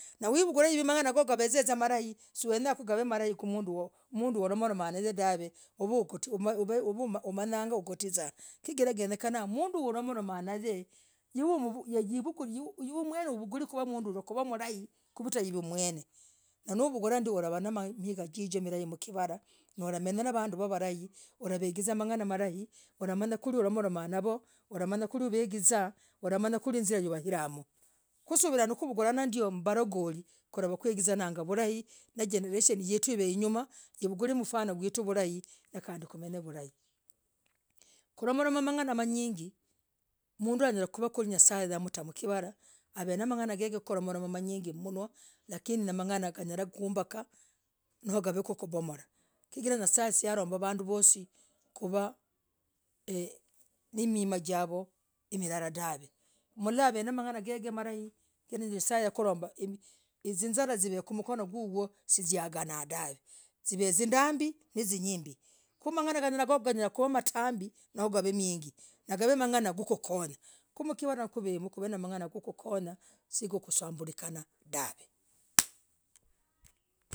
Naivugalah. manganagogo. gavezavuzaa. marai. suwenyakhoo. kavez malai kwimnduu umanay, dahvee. umanyanga. ogotiziah, chigirah, genyekana mnduu humolomanaye, hiveemwenee. huvugulenilaikuvitahiveemwene. no! Vugulah, ndioo uvanamigaa. marahi mwikivalah. hulavaiginzaa vanduu vulai umanyakugizaa. umanyairia. wagizimoo. kusuvira, kugizanah ndioo. valagoli. kulavah kwakwigizanah. vulai. na, jenereshen yetuu, hiveinyumaa. ivungulemfano gwetu, vurahi nandi kumenye vulai. kwalamolomamang'anamanyingi, mnduu yakwakuli, nye'sa amletah. mkivarah. Avene namang'ana gege. mnuwah. lakini. nimang'ana yakubomolah. noo yakumbakah, chigirah, nye'sa chalombaah, vanduu vosii. eee nimimajavooh. nimilalah dahvee. mlahavenemang'anagege, malai, nye'saee. akulomba njisalah kavemakono. gugwoh. siziaganah dahv ziv zindimbiiii. ziv zindimbiiii. komang'ana gogo, kinyalah. mtambii noo. gavemanyimbii, nagaveee. mang'ana gekukonyaah, kumkivalah nakuvemm, kuvenamang'ana gekukonyaah. siisambulikanah, dahvee